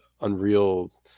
unreal